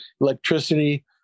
electricity